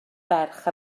ferch